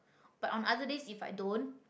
but on other days if I don't